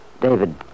David